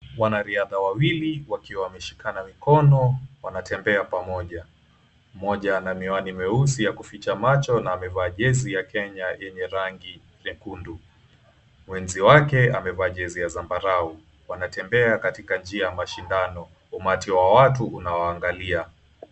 Wanariadha wawili wakiwa wameshikana mikono wanatembea pamoja mmoja ana miwani meusi ya kuficha macho na amevaa jezi ya Kenya yenye rangi nyekundu, mwenzi wake amevaa jezi ya zambarau, wanatembea katika njia ya mashindano umati wa watu unawaangalia.